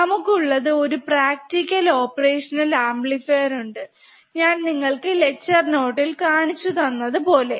നമുക്ക് ഒരു practical operational amplifier ഉണ്ട് ഞാൻ നിങ്ങൾക് ലെക്ചർ നോട്ട്ടിൽ കാണിച്ച് തന്നതുപോലെ